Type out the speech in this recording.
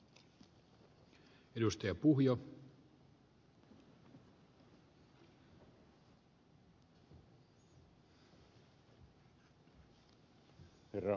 herra puhemies